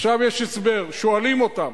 עכשיו, יש הסבר, שואלים אותם.